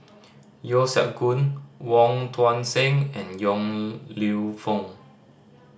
Yeo Siak Goon Wong Tuang Seng and Yong Lew Foong